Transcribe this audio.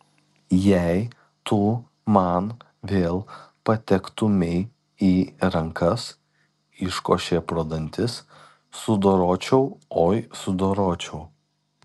jei tu man vėl patektumei į rankas iškošė pro dantis sudoročiau oi sudoročiau